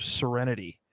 serenity